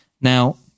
Now